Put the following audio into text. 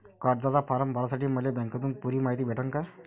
कर्जाचा फारम भरासाठी मले बँकेतून पुरी मायती भेटन का?